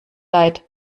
leid